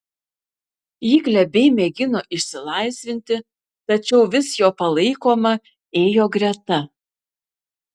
ji glebiai mėgino išsilaisvinti tačiau vis jo palaikoma ėjo greta